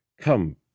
come